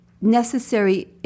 necessary